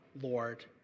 Lord